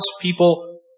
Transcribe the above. people